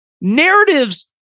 Narratives